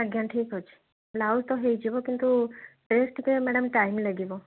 ଆଜ୍ଞା ଠିକ୍ ଅଛି ବ୍ଲାଉଜ୍ ତ ହେଇଯିବ କିନ୍ତୁ ଡ୍ରେସ୍ ଟିକେ ମ୍ୟାଡ଼ାମ୍ ଟାଇମ୍ ଲାଗିବ